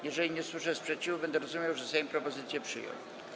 Jeżeli nie usłyszę sprzeciwu, będę rozumiał, że Sejm propozycje przyjął.